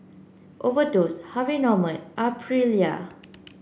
Overdose Harvey Norman Aprilia